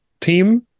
team